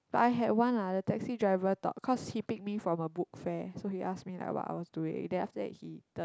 but I had one lah the taxi driver talk because he pick me from a book fair so he ask me like what I was doing then after that he turn